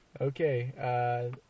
Okay